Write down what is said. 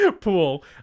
Pool